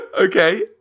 Okay